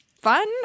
fun